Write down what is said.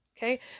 Okay